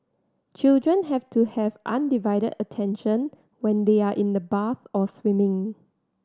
children have to have undivided attention when they are in the bath or swimming